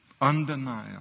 Undeniable